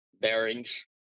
bearings